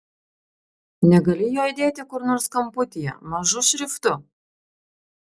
negali jo įdėti kur nors kamputyje mažu šriftu